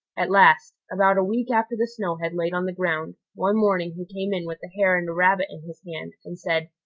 at last, about a week after the snow had laid on the ground, one morning he came in with a hare and rabbit in his hand, and said,